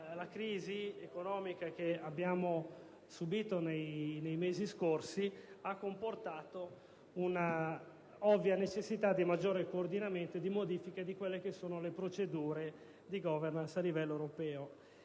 la crisi economica che abbiamo subito nei mesi scorsi ha comportato una ovvia necessità di maggiore coordinamento e di modifiche delle procedure di *governance* a livello europeo.